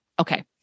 Okay